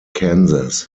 kansas